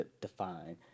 define